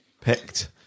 picked